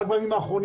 רק בימים האחרונים,